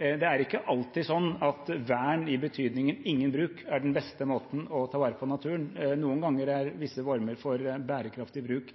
det er ikke alltid slik at vern, i betydningen «ingen bruk», er den beste måten å ta vare på naturen. Noen ganger er visse former for bærekraftig bruk